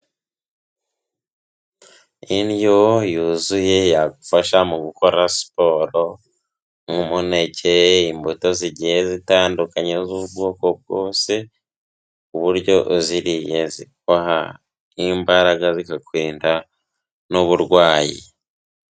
Indyo yuzuye yagufasha mu gukora siporo n'umuneke, imbuto zigiye zitandukanye z'ubwoko bwose, ku buryo uziriye ziguha imbaraga zikakurinda n'uburwayi.